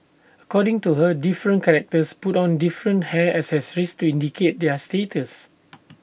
according to her different characters put on different hair accessories to indicate their status